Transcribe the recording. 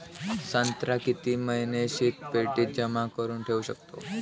संत्रा किती महिने शीतपेटीत जमा करुन ठेऊ शकतो?